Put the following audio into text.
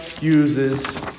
uses